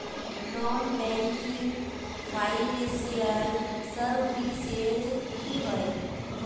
Non banking financial services की होय?